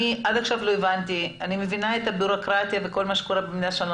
אני מבינה את הבירוקרטיה וכל מה שקורה במדינה שלנו.